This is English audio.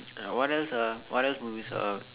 what else ah what else we miss out